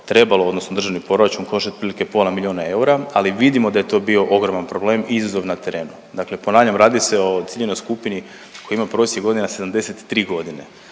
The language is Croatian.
trebalo, odnosno državni proračun koštati otprilike pola milijuna eura, ali vidimo da je to bio ogroman problem i izazov na terenu. Dakle ponavljam, radi se o ciljanoj skupini koji ima prosjek godina 73 godine,